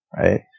right